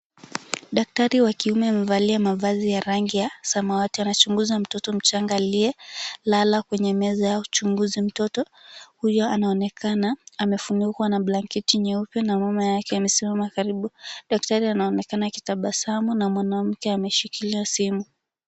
Daktari wa kiume amevalia mavazi ya rangi ya samawati anamchunguza mtoto mchanga aliyelala kwenye meza ya uchunguzi. Mtoto huyo anaonekana amefunikwa na blanketi nyeupe na mama yake amesimama karibu. Daktari anaonekana akitabasamu na mwanamke ameshikilia simu.